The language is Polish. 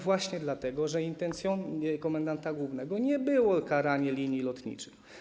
Właśnie dlatego, że intencją komendanta głównego nie było karanie linii lotniczych.